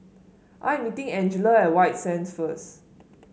I am meeting Angela at White Sands first